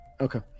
Okay